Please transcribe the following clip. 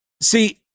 See